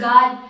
God